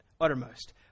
uttermost